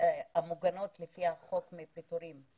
המוגנות לפי החוק מפיטורין.